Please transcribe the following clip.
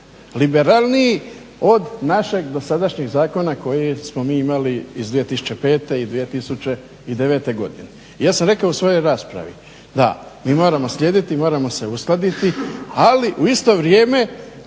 liberalniji od našeg dosadašnjeg zakona koji smo mi imali iz 2005. i 2009. godine. I ja sam rekao u svojoj raspravi da mi moramo slijediti, moramo se uskladiti, ali u isto vrijeme